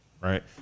Right